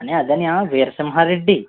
అన్నయ్య అదే అన్నయ్య వీరసింహారెడ్డి